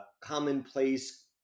commonplace